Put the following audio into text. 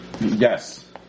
Yes